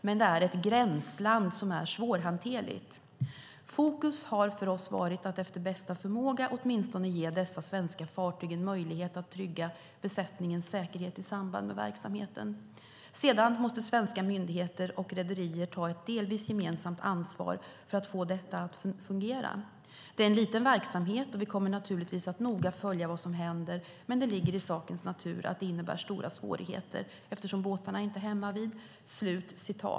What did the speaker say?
Men det är ett gränsland som är svårhanterligt. Fokus har för oss varit att efter bästa förmåga åtminstone ge dessa svenska fartyg en möjlighet att trygga besättningens säkerhet i samband med verksamheten. Sedan måste svenska myndigheter och rederier ta ett delvis gemensamt ansvar för att få detta att fungera. Det är en liten verksamhet, och vi kommer naturligtvis att försöka att noga följa vad som händer, men det ligger i sakens natur att det innebär stora svårigheter, eftersom båtarna inte är hemmavid."